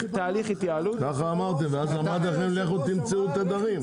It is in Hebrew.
--- ככה אמרתם, ואמרתי לכם, לכו תמצאו תדרים.